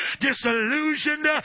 disillusioned